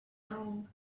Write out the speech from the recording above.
down